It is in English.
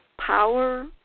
power